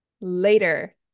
later